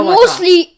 Mostly